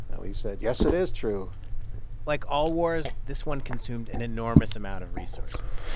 and we said yes, it is true like all wars, this one consumed an enormous amount of resources.